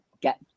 get